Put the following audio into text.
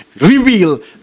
reveal